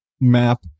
map